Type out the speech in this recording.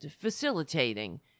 facilitating